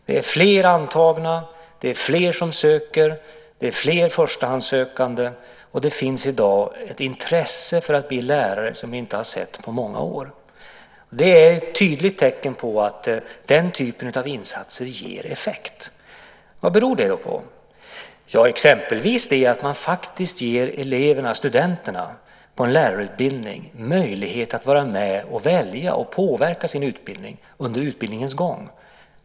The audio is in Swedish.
Det är fler antagna, det är fler som söker, det är fler förstahandssökande och det finns i dag ett intresse för att bli lärare som vi inte har sett på många år. Det är ett tydligt tecken på att den typen av insatser ger effekt. Vad beror det då på? Exempelvis att man faktiskt ger studenterna på en lärarutbildning möjlighet att vara med och välja och påverka sin utbildning under utbildningens gång.